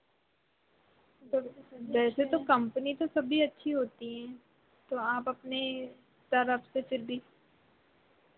वैसे तो कंपनी सभी अच्छी होती हैं तो आप अपने तरफ से फिर भी